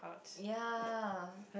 ya